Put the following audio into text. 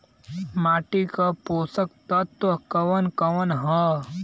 माटी क पोषक तत्व कवन कवन ह?